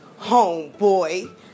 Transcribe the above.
homeboy